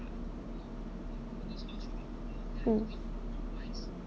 mm